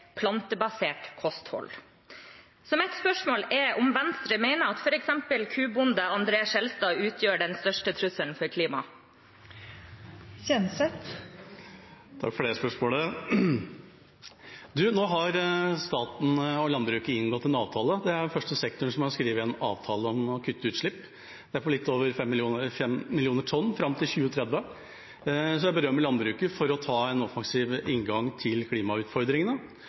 plantebasert kosthold. Mitt spørsmål er om Venstre mener at f.eks. kubonde André N. Skjelstad utgjør den største trusselen for klimaet. Takk for spørsmålet. Nå har staten og landbruket inngått en avtale. Det er den første sektoren som har skrevet en avtale om å kutte utslipp, og det er på litt over 5 millioner tonn fram til 2030, så jeg berømmer landbruket for å ha en offensiv inngang til klimautfordringene.